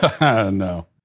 No